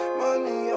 money